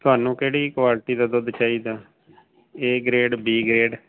ਤੁਹਾਨੂੰ ਕਿਹੜੀ ਕੁਆਲਿਟੀ ਦਾ ਦੁੱਧ ਚਾਹੀਦਾ ਏ ਗ੍ਰੇਡ ਬੀ ਗ੍ਰੇਡ